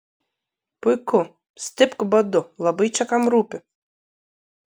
puiku stipk badu labai čia kam rūpi